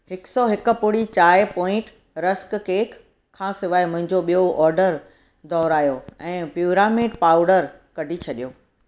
हिकु सौ हिकु पुड़ी चांहि पॉइंट रस्क केक खां सवाइ मुंहिंजो ॿियो ऑडर दुहिरायो ऐं प्यूरामेट पाउडर कढी छॾियो